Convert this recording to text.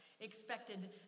expected